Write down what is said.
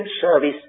service